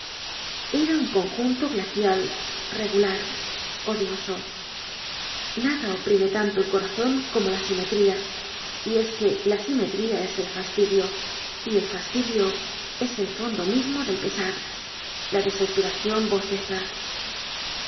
era un conjunto glacial regular odioso nada oprime tanto el corazon como la simetría y es que la simetría es el fastidio y el fafstidio es el fondo mismo del pesar la desesperacion bosteza